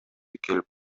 келип